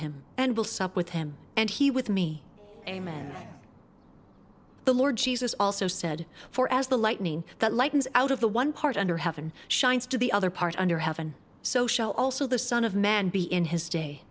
him and will sup with him and he with me amen the lord jesus also said for as the lightning that lightens out of the one part under heaven shines to the other part under heaven so shall also the son of man be in his day